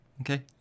Okay